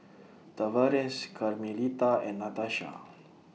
Tavares Carmelita and Natasha